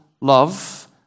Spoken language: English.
love